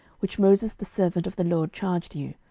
which moses the servant of the lord charged you,